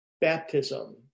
baptism